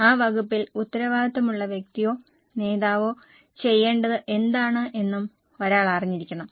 ആ വകുപ്പിൽ ഉത്തരവാദിത്തമുള്ള വ്യക്തിയോ നേതാവോ ചെയ്യേണ്ടത് എന്താണ് എന്നും ഒരാൾ അറിഞ്ഞിരിക്കണം